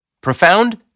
Profound